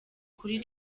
kuri